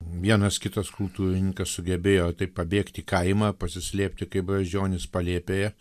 vienas kitas kultūrininkas sugebėjo tai pabėgt į kaimą pasislėpti kaip brazdžionis palėpėje